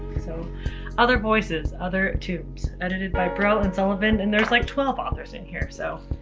so other voices, other tombs edited by brehl and sullivan. and there's like twelve authors in here so,